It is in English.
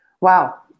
Wow